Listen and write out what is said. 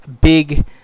big